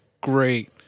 great